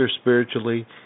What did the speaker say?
spiritually